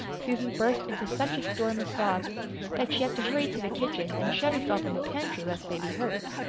susan burst into such a storm of sobs that she had to hurry to the kitchen and shut herself in the pantry lest they be heard.